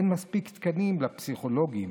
אין מספיק תקנים לפסיכולוגים,